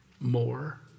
more